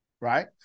right